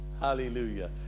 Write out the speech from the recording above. Hallelujah